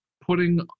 putting